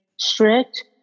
Strict